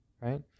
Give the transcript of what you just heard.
right